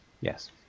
Yes